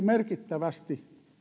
merkittävästi